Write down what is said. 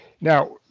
Now